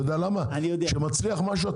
כי כשמצליח משהו,